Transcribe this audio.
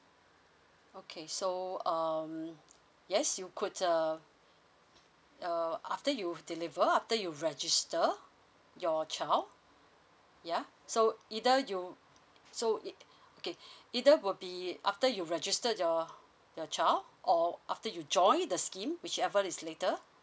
okay so um yes you could uh uh after you've delivered after you registered your child ya so either you so it okay either will be after you registered your your child or after you joined the scheme whichever is later